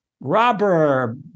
robber